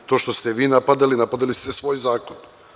To što ste vi napadali, napadali ste svoj zakon.